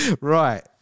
Right